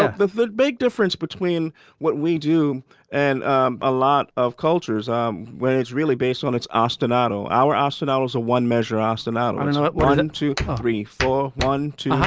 the the big difference between what we do and um a lot of cultures um where it's really based on it's ostinato, our ostinato is a one measure. ostinato. i don't know. one, and two, three, four. one, two,